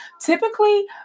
typically